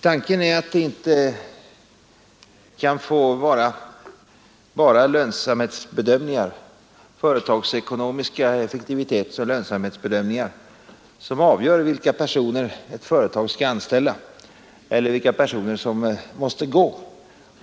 Tanken är att det inte kan få vara bara företagsekonomiska effektivitetsoch lönsamhetsbedöm ningar som avgör vilka personer ett företag skall anställa eller vilka personer som måste gå